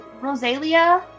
Rosalia